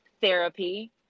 therapy